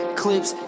clips